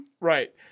Right